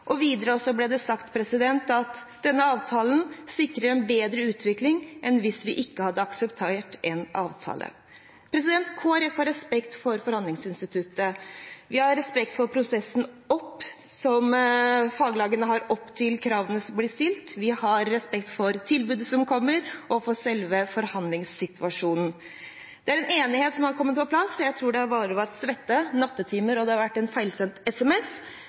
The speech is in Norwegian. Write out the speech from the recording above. verdiskaping. Videre ble det sagt at denne avtalen sikrer en bedre utvikling enn hvis vi ikke hadde akseptert en avtale. Kristelig Folkeparti har respekt for forhandlingsinstituttet. Vi har respekt for prosessen som faglagene har opp til kravene som blir stilt, vi har respekt for tilbudet som kommer, og for selve forhandlingssituasjonen. Det er en enighet som har kommet på plass. Jeg tror det både har vært svette, nattetimer og en feilsendt SMS,